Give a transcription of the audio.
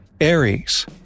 Aries